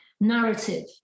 narrative